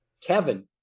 Kevin